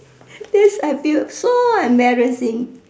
that's I feel so embarrassing